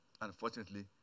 unfortunately